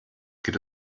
gibt